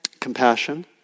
compassion